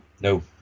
No